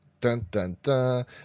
Dun-dun-dun